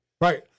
Right